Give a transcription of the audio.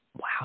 Wow